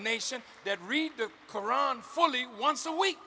nation that read the koran fully once a week